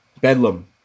Bedlam